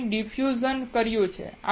આપણે ડિફ્યુઝન કર્યું છે